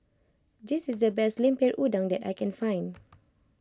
this is the best Lemper Udang that I can find